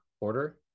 order